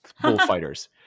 bullfighters